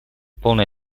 полная